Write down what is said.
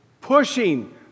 pushing